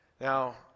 Now